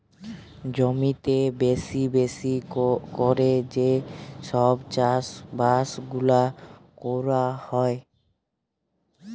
জমিতে বেশি বেশি ক্যরে যে সব চাষ বাস গুলা ক্যরা হ্যয়